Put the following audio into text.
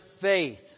faith